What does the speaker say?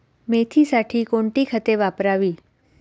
मेथीसाठी कोणती खते वापरावी?